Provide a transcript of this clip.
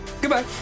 Goodbye